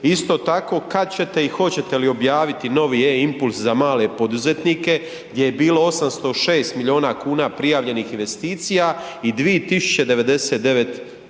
isto tako, kad ćete i hoćete li objaviti novi e-Impuls za male poduzetnike gdje je bilo 806 milijuna kuna prijavljenih investicija i 2 099